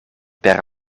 per